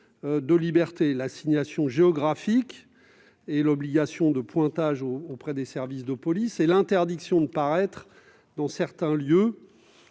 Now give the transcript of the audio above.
de liberté : assignation géographique et obligation de pointage auprès des services de police, interdiction de paraître dans certains lieux